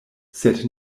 sed